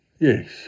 Yes